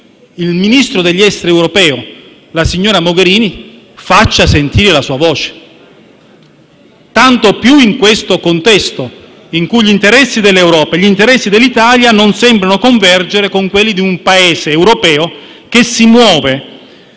il Ministro degli esteri europeo, la signora Mogherini, faccia sentire la sua voce, tanto più in questo contesto, in cui gli interessi dell'Europa e gli interessi dell'Italia non sembrano convergere con quelli di un Paese europeo che si muove